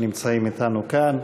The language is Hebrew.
שנמצאים אתנו כאן.